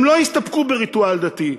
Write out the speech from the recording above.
הם לא הסתפקו בריטואל דתי.